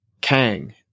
Kang